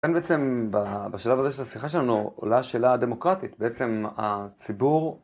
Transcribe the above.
כאן בעצם בשלב הזה של השיחה שלנו עולה שאלה דמוקרטית, בעצם הציבור